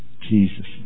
Jesus